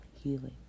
healing